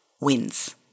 wins